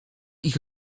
ich